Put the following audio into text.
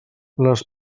les